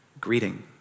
greeting